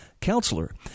counselor